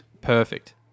Perfect